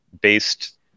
based